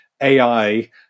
AI